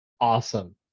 Awesome